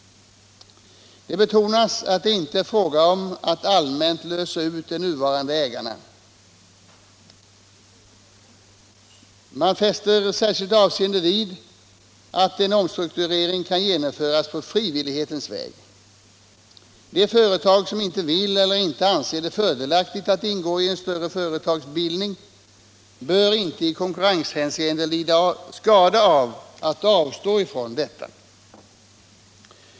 Det betonas att det inte är fråga om att allmänt lösa ut de nuvarande ägarna. Man fäster särskilt avseende vid att en omstrukturering kan genomföras på frivillig väg. De företag som inte vill eller inte anser det fördelaktigt att ingå i en större företagsbildning bör inte i konkurrenshänseende lida skada av att avstå från detta.